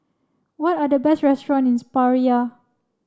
what are the best restaurants in Praia